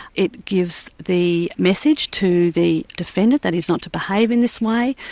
it gives the message to the defendant that he's not to behave in this way.